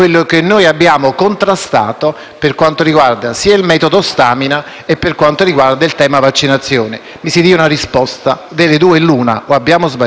e il tema delle vaccinazioni. Mi si dia una risposta, delle due l'una: o abbiamo sbagliato prima o stiamo sbagliando adesso.